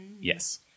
Yes